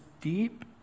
deep